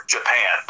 Japan